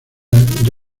jordi